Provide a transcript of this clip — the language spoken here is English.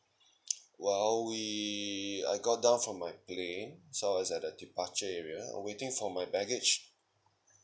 while we I got down from my plane so I was at the departure area uh waiting for my baggage